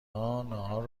ها، نهار